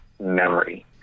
memory